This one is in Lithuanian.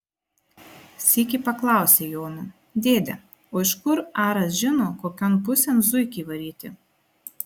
sykį paklausė jono dėde o iš kur aras žino kokion pusėn zuikį varyti